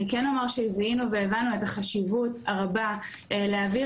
אני כן אומר שזיהינו והבנו את החשיבות הרבה להעביר